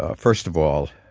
ah first of all,